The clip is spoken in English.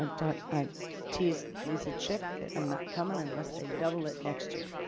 um i've teased lisa chike that i'm not coming unless they double it next year